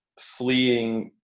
fleeing